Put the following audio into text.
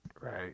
Right